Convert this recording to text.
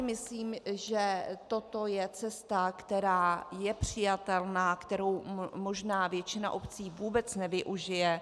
Myslím si, že toto je cesta, která je přijatelná, kterou možná většina obcí vůbec nevyužije.